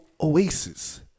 oasis